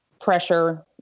pressure